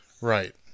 Right